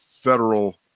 federal